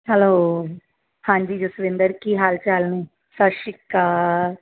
hello ਹਾਂਜੀ ਜਸਵਿੰਦਰ ਕੀ ਹਾਲ ਚਾਲ ਨੇ ਸਤਿ ਸ਼੍ਰੀ ਅਕਾਲ